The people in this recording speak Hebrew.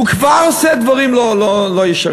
הוא כבר עושה דברים לא ישרים.